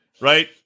Right